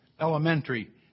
elementary